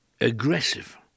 aggressive